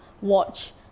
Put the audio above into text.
watch